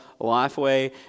Lifeway